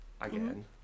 again